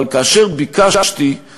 אבל כאשר ביקשתי,